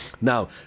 now